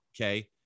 Okay